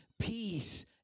peace